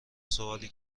سوالی